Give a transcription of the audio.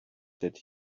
that